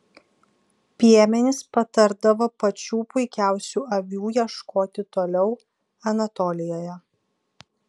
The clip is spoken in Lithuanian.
piemenys patardavo pačių puikiausių avių ieškoti toliau anatolijoje